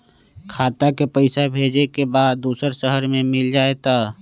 खाता के पईसा भेजेए के बा दुसर शहर में मिल जाए त?